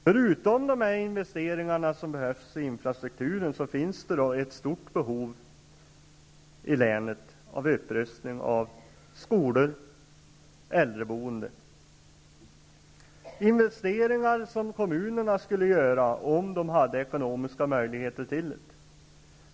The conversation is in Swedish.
Förutom de investeringar som behövs i infrastrukturen finns det i länet ett stort behov av upprustning av skolor och äldreboende, investeringar som kommunerna skulle göra om de hade ekonomiska möjligheter till det.